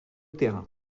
terrain